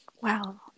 wow